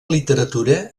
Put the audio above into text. literatura